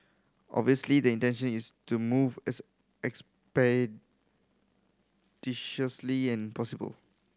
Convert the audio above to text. obviously the intention is to move as expeditiously as possible